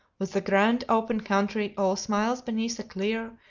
with the grand open country all smiles beneath a clear,